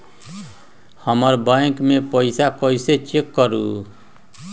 हमर बैंक में पईसा कईसे चेक करु?